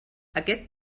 aquest